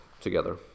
together